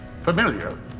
Familiar